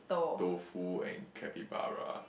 tofu and